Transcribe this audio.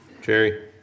Jerry